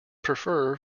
prefer